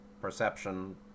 perception